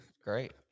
great